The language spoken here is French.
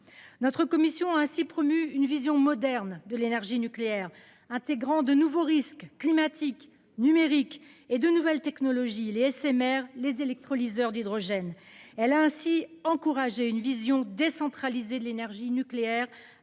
notre commission ainsi promue une vision moderne de l'énergie nucléaire intégrant de nouveaux risques climatiques numérique et de nouvelles technologies Les SMR les électrolyseurs d'hydrogène. Elle a ainsi encouragé une vision décentralisée de l'énergie nucléaire